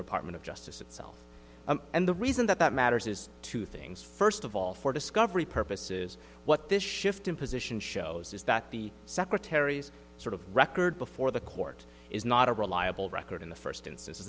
department of justice itself and the reason that matters is two things first of all for discovery purposes what this shift in position shows is that the secretary's sort of record before the court is not a reliable record in the first instance